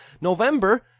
November